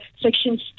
section